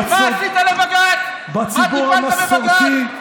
מה עשית לבג"ץ, מה טיפלת בבג"ץ?